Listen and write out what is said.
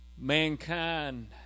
Mankind